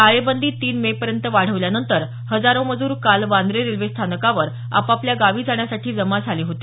टाळेबंदी तीन मे पर्यंत वाढवल्यानंतर हजारो मजुर काल वांद्रे रेल्वे स्थानकावर आपापल्या गावी जाण्यासाठी जमा झाले होते